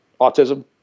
autism